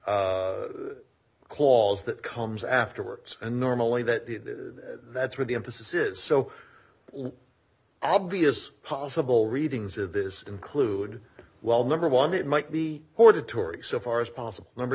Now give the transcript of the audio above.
clause that comes afterwards and normally that that's where the emphasis is so obvious possible readings of this include well number one it might be hoarded tory so far as possible number